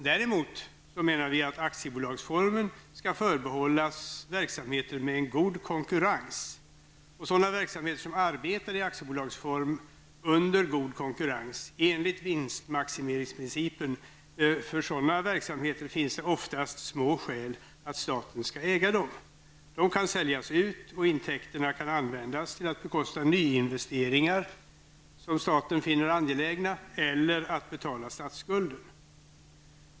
Däremot menar vi att aktiebolagsformen skall förbehållas verksamheter med god konkurrens. Sådana verksamheter som arbetar i aktiebolagsform under god konkurrens enligt vinstmaximeringsprincipen finns det oftast små skäl för staten att äga. De kan säljas ut och intäkterna kan användas till att bekosta nyinvesteringar som staten finner angelägna eller till att betala statsskulden.